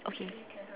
okay